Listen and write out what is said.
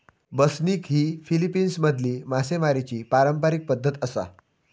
बसनिग ही फिलीपिन्समधली मासेमारीची पारंपारिक पद्धत आसा